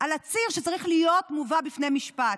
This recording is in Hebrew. על עציר שצריך להיות מובא בפני משפט.